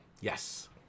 Yes